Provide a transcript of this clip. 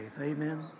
Amen